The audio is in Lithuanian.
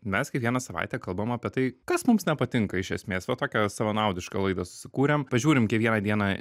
mes kiekvieną savaitę kalbam apie tai kas mums nepatinka iš esmės va tokia savanaudiška laidą susikūrėm pažiūrim kiekvieną dieną